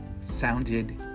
sounded